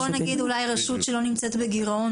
בואו נגיד אולי: רשות שלא נמצאת בגירעון,